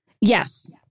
Yes